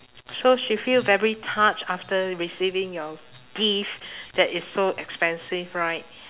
so she feel very touched after receiving your gift that it's so expensive right